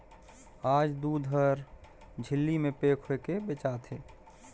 आयज दूद हर झिल्ली में पेक होयके बेचा थे